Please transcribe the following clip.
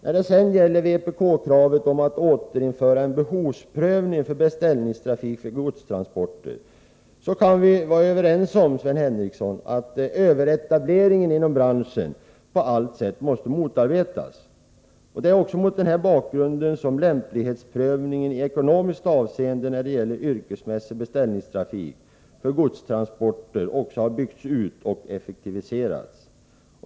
Vad beträffar vpk-kravet om att återinföra en behovsprövning för beställningstrafik för godstransporter kan vi vara överens om, Sven Henricsson, att överetableringen inom branschen på allt sätt måste motarbetas. Det är mot den bakgrunden som lämplighetsprövningen i ekonomiskt avseende när det gäller yrkesmässig beställningstrafik för godstransporter har byggts ut och effektiviserats.